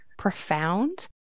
profound